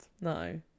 No